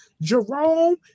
Jerome